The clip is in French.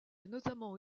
notamment